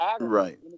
right